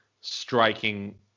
striking